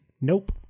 Nope